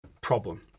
problem